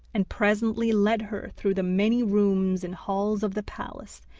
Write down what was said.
and presently led her through the many rooms and halls of the palace,